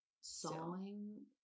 sawing